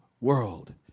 world